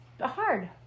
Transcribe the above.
hard